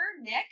Nick